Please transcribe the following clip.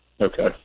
Okay